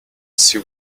she